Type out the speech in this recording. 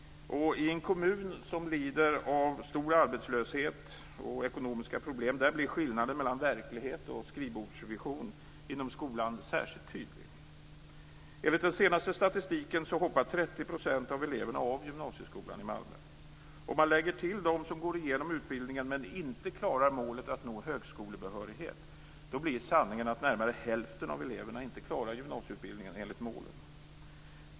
I en kommun som lider av stor arbetslöshet och ekonomiska problem blir skillnaden mellan verklighet och skrivbordsvision inom skolan särskilt tydlig. Enligt den senaste statistiken hoppar 30 % av eleverna av gymnasieskolan i Malmö. Om man lägger till dem som går igenom utbildningen men inte klarar målet att nå högskolebehörighet blir sanningen att närmare hälften av eleverna inte klarar gymnasieutbildningen.